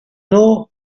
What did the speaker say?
know